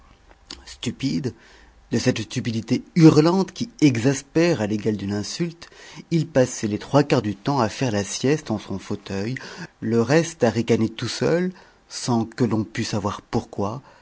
stupide de cette stupidité hurlante qui exaspère à l'égal d'une insulte il passait les trois quarts du temps à faire la sieste en son fauteuil le reste à ricaner tout seul sans que l'on pût savoir pourquoi